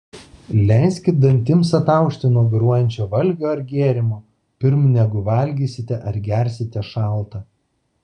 leiskit dantims ataušti nuo garuojančio valgio ar gėrimo pirm negu valgysite ar gersite šaltą